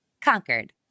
conquered